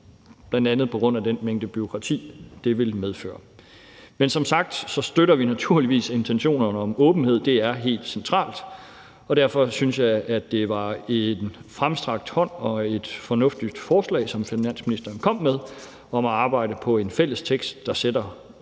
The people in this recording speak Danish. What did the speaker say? bl.a. på grund af den mængde bureaukrati, det ville medføre. Men som sagt støtter vi naturligvis intentionerne om åbenhed. Det er helt centralt. Derfor synes jeg, at det var en fremstrakt hånd og et fornuftigt forslag, som finansministeren kom med, om at arbejde på en fælles tekst, der fastsætter